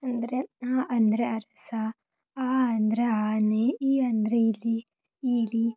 ಅಂದರೆ ಅ ಅಂದರೆ ಅರಸ ಆ ಅಂದರೆ ಆನೆ ಇ ಅಂದರೆ ಇಲಿ ಈಲಿ